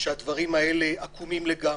שהדברים האלה עקומים לגמרי.